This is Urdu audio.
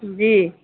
جی